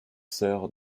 sœurs